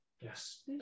yes